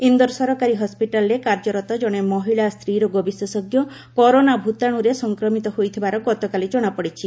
ଇନ୍ଦୋର ସରକାରୀ ହସ୍ୱିଟାଲରେ କାର୍ଯ୍ୟରତ ଜଣେ ମହିଳା ସ୍ତୀରୋଗ ବିଶେଷଜ୍ଞ କରୋନା ଭୂତାଣୁରେ ସଫକ୍ରମିତ ହୋଇଥିବାର ଗତକାଲି ଜଣାପଡ଼ିଛି